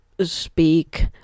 speak